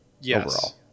Yes